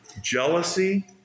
Jealousy